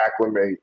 acclimate